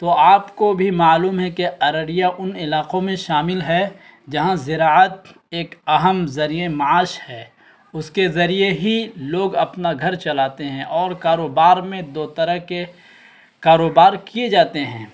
تو آپ کو بھی معلوم ہے کہ ارڑیہ ان علاقوں میں شامل ہے جہاں زراعت ایک اہم ذریعۂ معاش ہے اس کے ذریعے ہی لوگ اپنا گھر چلاتے ہیں اور کاروبار میں دو طرح کے کاروبار کیے جاتے ہیں